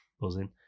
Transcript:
Buzzing